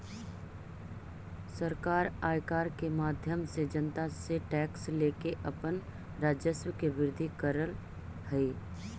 सरकार आयकर के माध्यम से जनता से टैक्स लेके अपन राजस्व के वृद्धि करऽ हई